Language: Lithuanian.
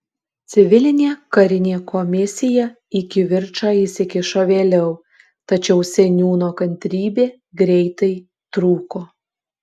civilinė karinė komisija į kivirčą įsikišo vėliau tačiau seniūno kantrybė greitai trūko